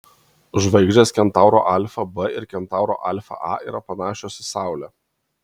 žvaigždės kentauro alfa b ir kentauro alfa a yra panašios į saulę